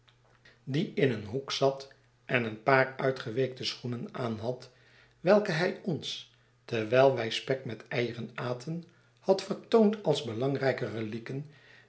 die in een hoek zat en een paar uitgeweekte schoenen aanhad welke hij ons terwijl wij spek met eieren aten had vertoond als belangrijke relieken